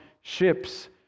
ships